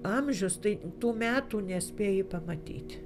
amžius tai tų metų nespėji pamatyti